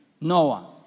Noah